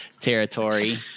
territory